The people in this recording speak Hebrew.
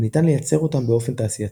וניתן לייצר אותם באופן תעשייתי.